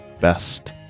best